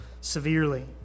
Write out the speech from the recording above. severely